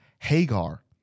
Hagar